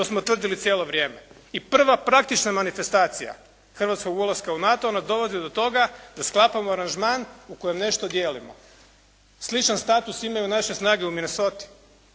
To smo tvrdili cijelo vrijeme. I prva praktična manifestacija hrvatskog ulaska u NATO ona dovodi do toga da sklapamo aranžman u kojem nešto dijelimo. Sličan status imaju naše snage u Minesoti